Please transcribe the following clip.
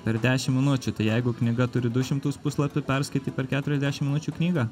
per dešim minučių tai jeigu knyga turi du šimtus puslapių perskaitai per keturiasdešim minučių knygą